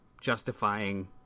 justifying